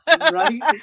Right